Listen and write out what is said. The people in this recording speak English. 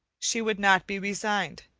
she would not be resigned.